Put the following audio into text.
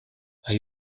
are